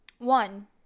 One